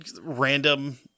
random